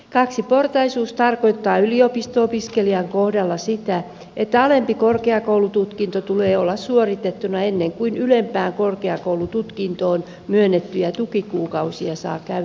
kaksiportaisuus tarkoittaa yliopisto opiskelijan kohdalla sitä että alempi korkeakoulututkinto tulee olla suoritettuna ennen kuin ylempään korkeakoulututkintoon myönnettyjä tukikuukausia saa käyttöönsä